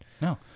No